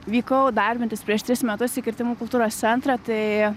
vykau darbintis prieš tris metus į kirtimų kultūros centrą tai